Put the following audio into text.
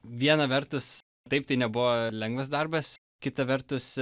viena vertus taip tai nebuvo lengvas darbas kita vertus